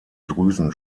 drüsen